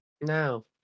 No